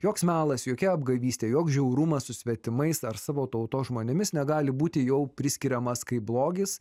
joks melas jokia apgavystė joks žiaurumas su svetimais ar savo tautos žmonėmis negali būti jau priskiriamas kaip blogis